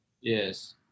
Yes